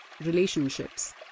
Relationships